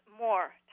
more